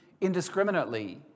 indiscriminately